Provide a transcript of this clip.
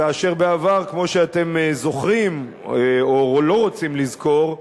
כאשר בעבר כמו שאתם זוכרים או לא רוצים לזכור,